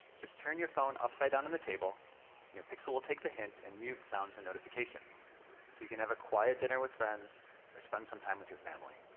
just turn your phone upside down on the table and your pixel will take the hint and mute sounds and notifications so you can have a quiet dinner with friends or spend some time with your family.